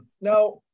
Now